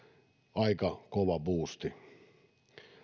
aika kova buusti